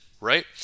right